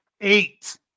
eight